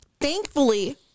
Thankfully